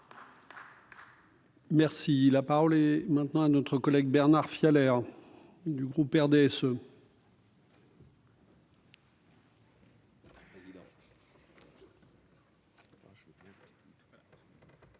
Merci, la parole est maintenant à notre collègue Bernard Phia l'air du groupe RDSE. J'ai